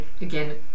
again